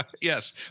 Yes